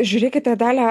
žiūrėkite dalia